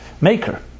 maker